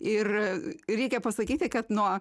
ir reikia pasakyti kad nuo